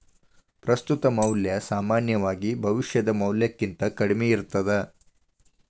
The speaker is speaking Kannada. ಪ್ರಸ್ತುತ ಮೌಲ್ಯ ಸಾಮಾನ್ಯವಾಗಿ ಭವಿಷ್ಯದ ಮೌಲ್ಯಕ್ಕಿಂತ ಕಡ್ಮಿ ಇರ್ತದ